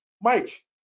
Mike